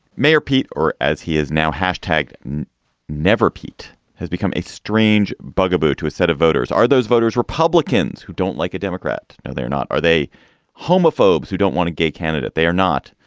mayor pete, or as he is now hashtagged and never pete has become a strange bugaboo to a set of voters. are those voters republicans who don't like a democrat? no, they're not. are they homophobes who don't want a gay candidate? they are not.